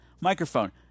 microphone